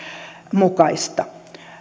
mukaista